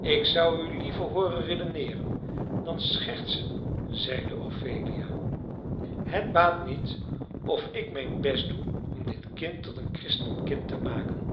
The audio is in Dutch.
ik zou u liever hooren redeneeren dan schertsen zeide ophelia het baat niet of ik mijn best doe om dit kind tot een christenkind te maken